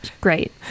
great